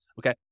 Okay